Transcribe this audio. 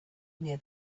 near